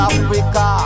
Africa